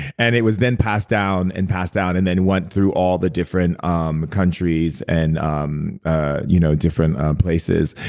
and it was then passed down and passed down and then went through all the different um countries and um ah you know different places.